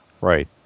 Right